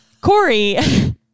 Corey